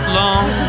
long